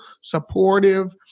supportive